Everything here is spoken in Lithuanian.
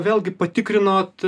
vėlgi patikrinot